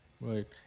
Right